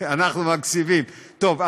טוב,